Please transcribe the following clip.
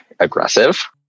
Aggressive